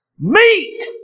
Meet